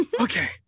Okay